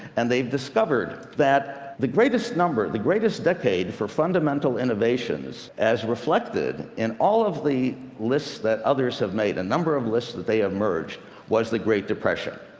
and they've discovered that the greatest number, the greatest decade, for fundamental innovations, as reflected in all of the lists that others have made a number of lists that they have merged was the great depression.